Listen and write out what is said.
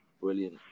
Brilliant